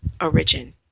origin